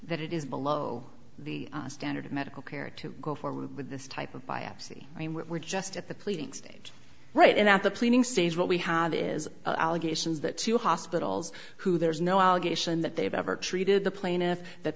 that it is below the standard of medical care to go forward with this type of biopsy i mean we're just at the pleading stage right and at the pleading stage what we have is allegations that two hospitals who there's no allegation that they have ever treated the plaintiff that